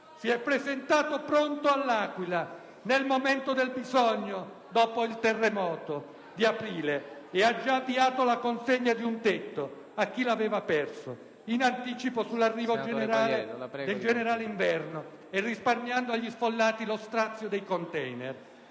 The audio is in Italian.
Si è presentato pronto a L'Aquila nel momento del bisogno dopo il terremoto dello scorso aprile e ha già avviato la consegna di un tetto a chi l'aveva perso, in anticipo sull'arrivo del "generale Inverno" e risparmiando agli sfollati lo strazio dei *container*.